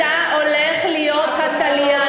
אתה הולך להיות התליין,